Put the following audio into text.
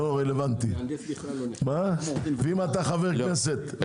לא רלוונטי ואם אתה חבר כנסת,